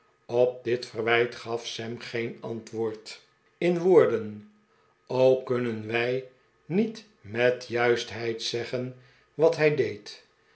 op dit verwijt gaf sam geen antwoord in woorden ook kunnen wij niet met juistheid zeggen wat hij deed